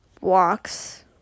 Walks